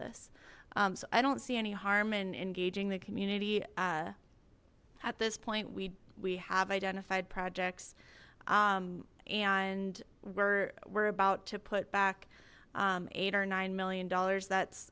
this so i don't see any harm in engaging the community uh at this point we we have identified projects and we're we're about to put back eight or nine million dollars that's